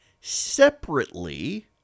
Separately